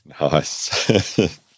Nice